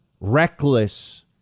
reckless